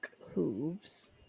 hooves